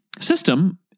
system